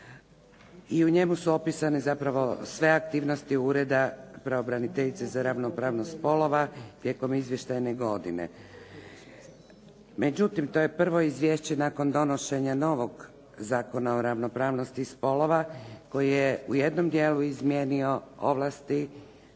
i u njemu su opisane zapravo sve aktivnosti Ureda pravobraniteljice za ravnopravnost spolova tijekom izvještajne godine. Međutim, to je prvo izvješće nakon donošenja novog Zakona o ravnopravnosti spolova koji je u jednom dijelu izmijenio ovlasti,